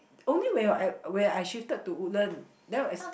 only when you are at when I shifted to Woodland then it's